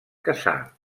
caçar